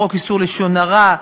חוק איסור לשון הרע,